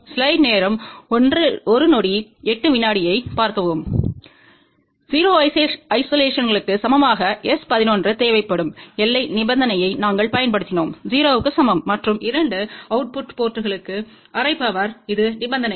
0 ஐசோலேஷன்லுக்கு சமமாகS11தேவைப்படும் எல்லை நிபந்தனையை நாங்கள் பயன்படுத்தினோம் 0 க்கு சமம் மற்றும் 2 அவுட்புட் போர்ட்ங்களுக்கு அரை பவர்க்கு இது நிபந்தனை